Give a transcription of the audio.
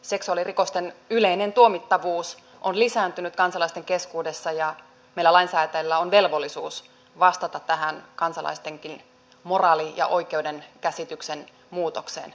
seksuaalirikosten yleinen tuomittavuus on lisääntynyt kansalaisten keskuudessa ja meillä lainsäätäjillä on velvollisuus vastata tähän kansalaistenkin moraali ja oikeuskäsityksen muutokseen